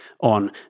on